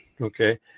Okay